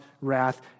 wrath